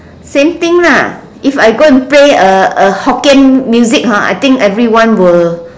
same thing lah if I go and play a a hokkien music ha I think everyone will